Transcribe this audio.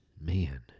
Man